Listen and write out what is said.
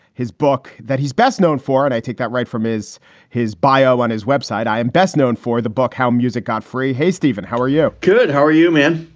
his book that he's best known for and i take that right from his his bio on his web site. i am best known for the book, how music got free. hey, stephen, how are you? good. how are you, man?